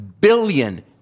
billion